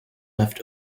left